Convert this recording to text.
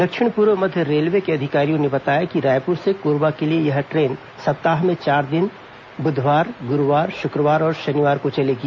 दक्षिण पूर्व मध्य रेलवे के अधिकारियों ने बताया कि रायपुर से कोरबा के लिए यह ट्रेन सप्ताह में चार दिन बुधवार गुरूवार शुक्रवार और शनिवार को चलेगी